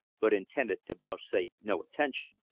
but intended to vouchsafe no attention.